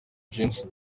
james